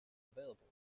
available